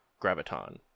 graviton